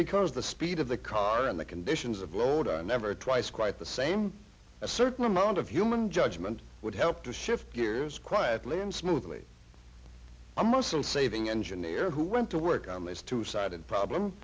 because the speed of the car and the conditions of load i never twice quite the same a certain amount of human judgment would help to shift gears quietly and smoothly imo still saving engineer who went to work on these two sided problem